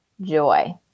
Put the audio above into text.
joy